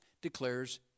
declares